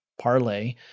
Parlay